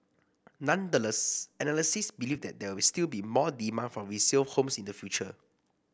nonetheless analysts believe there will still be more demand for resale homes in the future